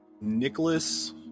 Nicholas